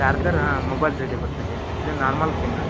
charger ಹಾಂ mobile ಜೊತೆ ಬರ್ತೈತೆ ಇದು ನಾರ್ಮಲ್ ಪಿನ್